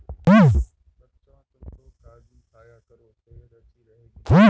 बच्चों, तुमलोग काजू खाया करो सेहत अच्छी रहेगी